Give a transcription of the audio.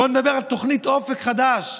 בואו נדבר על תוכנית אופק חדש,